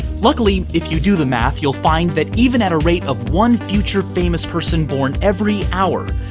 luckily, if you do the math, you'll find that even at a rate of one future famous person born every hour,